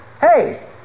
Hey